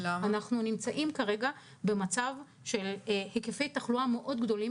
אנחנו נמצאים כרגע במצב של היקפי תחלואה מאוד גדולים,